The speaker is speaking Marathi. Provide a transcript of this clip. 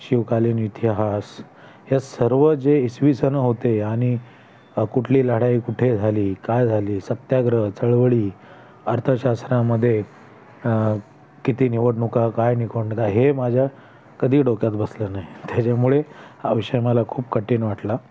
शिवकालीन इतिहास ह्या सर्व जे इसवी सन होते आणि कुठली लढाई कुठे झाली का झाली सत्याग्रह चळवळी अर्थशास्त्रामध्ये किती निवडणुका काय हे माझ्या कधी डोक्यात बसलं नाही त्याच्यामुळे हा विषय मला खूप कठीण वाटला